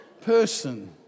person